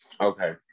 okay